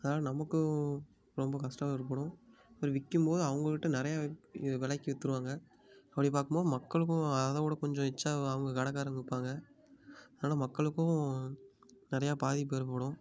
அதனால நமக்கும் ரொம்ப கஷ்டம் ஏற்படும் அப்புறம் விற்கும் போது அவங்கக்கிட்ட நிறையா இது விலைக்கு விற்றுருவாங்க அப்படி பார்க்கும் போது மக்களுக்கும் அதைவுட கொஞ்சம் எச்ட்சா அவங்க கடை காரவங்க விற்பாங்க ஆனால் மக்களுக்கும் நிறையா பாதிப்பு ஏற்படும்